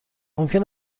ممکن